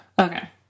okay